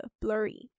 blurry